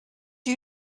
you